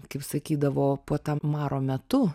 kaip sakydavo puota maro metu